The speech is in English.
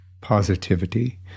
positivity